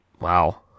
Wow